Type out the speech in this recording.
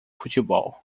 futebol